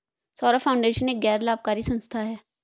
Saurabh foundation एक गैर लाभकारी संस्था है